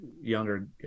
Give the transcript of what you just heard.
younger